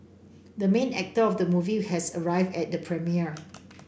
the main actor of the movie has arrived at the premiere